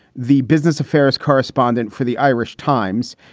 the business affairs correspondent for the irish times,